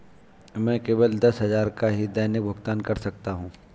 मैं केवल दस हजार का ही दैनिक भुगतान कर सकता हूँ